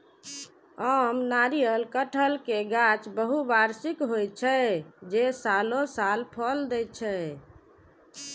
आम, नारियल, कहटर के गाछ बहुवार्षिक होइ छै, जे सालों साल फल दै छै